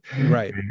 right